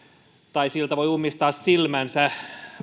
tai siltä voi ummistaa silmänsä